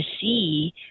see